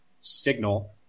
signal